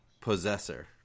Possessor